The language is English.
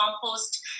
compost